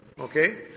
Okay